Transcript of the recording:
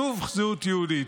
שוב זהות יהודית.